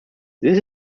this